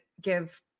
give